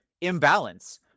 imbalance